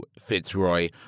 Fitzroy